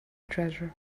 treasure